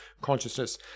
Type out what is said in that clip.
consciousness